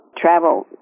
travel